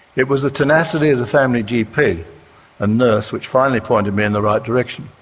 it was the tenacity of the family gp and nurse which finally pointed me in the right direction,